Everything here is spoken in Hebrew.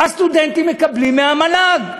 הסטודנטים מקבלים מהמל"ג.